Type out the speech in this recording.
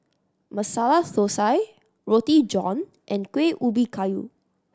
Masala Thosai Roti John and Kueh Ubi Kayu